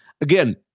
Again